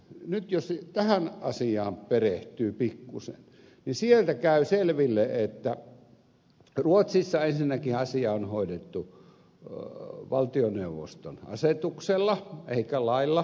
nyt jos tähän asiaan perehtyy pikkuisen niin käy selville että ruotsissa ensinnäkin asia on hoidettu valtioneuvoston asetuksella eikä lailla